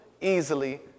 easily